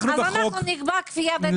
אז תקבעו כפייה דתית.